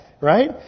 right